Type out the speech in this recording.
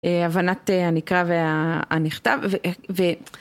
הבנת הנקרא והנכתב